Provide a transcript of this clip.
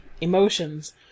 emotions